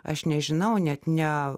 aš nežinau net ne